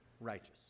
righteous